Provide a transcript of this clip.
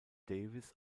davis